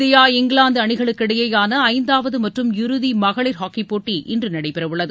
India England அணிகளுக்கிடையேயான ஐந்தாவது மற்றும் இறுதி மகளிர் ஹாக்கி போட்டி இன்று நடைபெறவுள்ளது